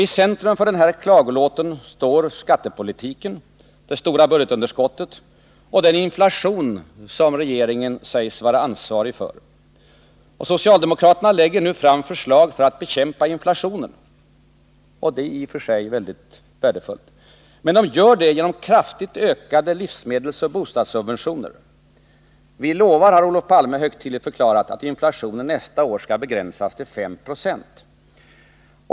I centrum för denna klagolåt står skattepolitiken, det stora budgetunderskottet och den inflation som regeringen sägs vara ansvarig för. Socialdemokraterna lägger nu fram förslag för att bekämpa inflationen. Det är i och för sig värdefullt, men de vill göra det genom kraftigt ökade livsmedelsoch bostadssubventioner. Vi lovar — förklarar Olof Palme högtidligt — att inflationen nästa år skall begränsas till 5 90.